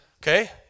okay